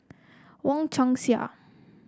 Wong Chong Sai